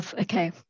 Okay